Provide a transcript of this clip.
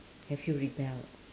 have you rebelled